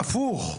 הפוך,